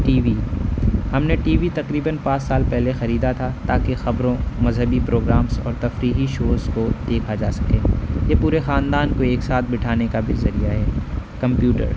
T V ہم نے TV تقریباً پانچ سال پہلے خریدا تھا تاکہ خبروں مذہبی پروگرامس اور تفریحی شوز کو دیکھا جا سکے یہ پورے خاندان کو ایک ساتھ بٹھانے کا بھی ذریعہ ہے کمپیوٹر